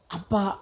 Apa